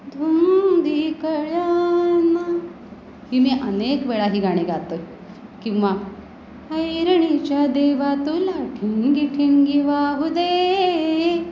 धुंदी कळ्यांना ही मी अनेक वेळाही गाणी गातो आहे किंवा ऐरणीच्या देवा तुला ठिणगी ठिणगी वाहूदे